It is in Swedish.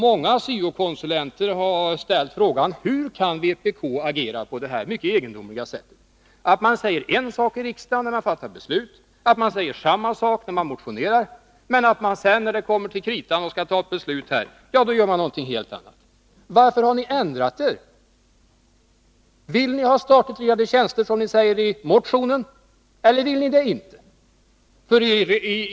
Många syo-konsulenter har ställt frågan: Hur kan vpk agera på detta mycket egendomliga sätt? Först säger man en sak när man fattar beslut. Man säger samma sak när man motionerar. Men sedan, när det kommer till kritan och ett beslut på nytt skall fattas, gör man något helt annat. Varför har ni ändrat er? Vill ni ha statligt reglerade tjänster, som ni föreslår i motionen, eller vill ni inte ha det?